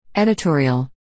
Editorial